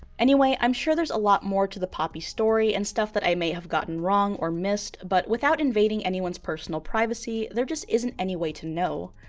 anyway i'm sure there's a lot more to the poppy story and stuff that i may have gotten wrong or missed but without invading anyone's personal privacy there just isn't any way to know.